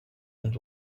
and